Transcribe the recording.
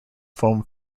foam